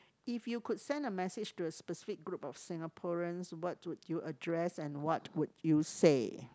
if you could send a message to a specific group of Singaporeans what would you address and what would you say